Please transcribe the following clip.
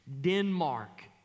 Denmark